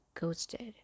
ghosted